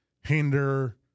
hinder